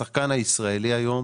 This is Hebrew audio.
השחקן הישראלי היום